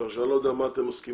כך שאני לא יודע מה אתם מסכימים,